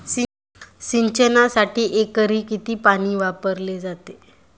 सिंचनासाठी एकरी किती पाणी वापरले जाते?